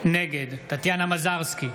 נגד טטיאנה מזרסקי,